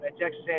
Texas